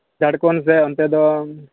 ᱡᱷᱟᱲᱠᱷᱚᱱᱰ ᱥᱮᱫ ᱚᱱᱛᱮ ᱫᱚ